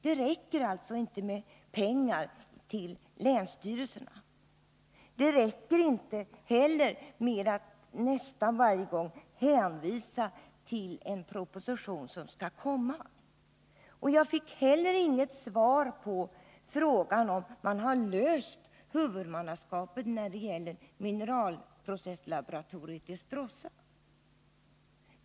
Det räcker alltså inte med pengarna till länsstyrelserna, och det räcker inte heller med att nästan varje gång hänvisa till den proposition som skall komma. Jag fick vidare inget svar på frågan, om man har löst huvudmannaskapet när det gäller Mineralprocesslaboratoriet i Stråssa.